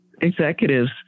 executives